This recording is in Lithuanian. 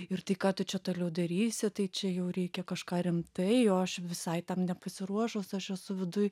ir tai ką tu čia toliau darysi tai čia jau reikia kažką rimtai o aš visai tam nepasiruošus aš esu viduj